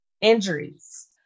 injuries